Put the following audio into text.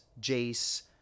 Jace